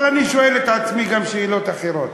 אבל אני שואל את עצמי גם שאלות אחרות.